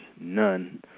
none